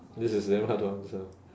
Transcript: this is damn hard to answer